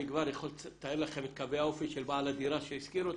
אני כבר יכול לתאר לכם את קווי האופי של בעל הדירה שהשכיר אותה.